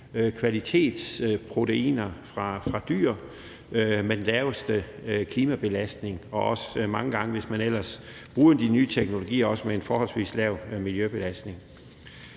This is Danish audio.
kvalitetsproteiner fra dyr med den laveste klimabelastning, og mange gange også, hvis man ellers bruger de nye teknologier, med en forholdsvis lav miljøbelastning.